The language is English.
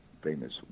famous